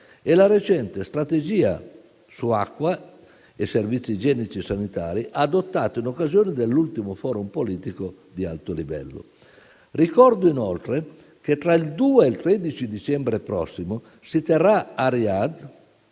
e la recente strategia su acqua e servizi igienico-sanitari, adottata in occasione dell'ultimo Forum politico di alto livello. Ricordo, inoltre, che, tra il 2 e il 13 dicembre prossimo, si terrà a Riyad